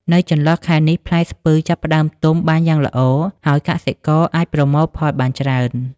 នៅចន្លោះខែនេះ ផ្លែស្ពឺចាប់ផ្ដើមទុំបានយ៉ាងល្អ ហើយកសិករអាចប្រមូលផលបានច្រើន។